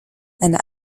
and